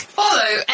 follow